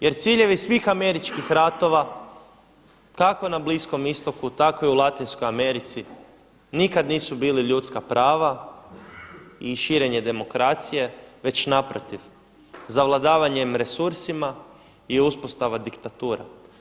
Jer ciljevi svih američkih ratova kako na Bliskom istoku, tako i u Latinskoj Americi nikad nisu bili ljudska prava i širenje demokracije već naprotiv zavladavanje resursima i uspostava diktatura.